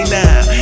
now